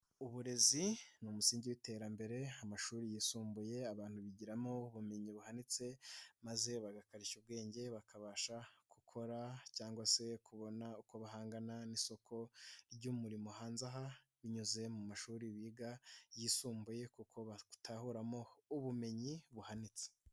Uburezi ni umusingi w'iterambere, amashuri yisumbuye abantu bigiramo ubumenyi buhanitse maze bagakarishya ubwenge bakabasha gukora cyangwa se kubona uko bahangana n'isoko ry'umurimo hanze aha, binyuze mu mashuri biga yisumbuye kuko batahumo ubumenyi buhanitse.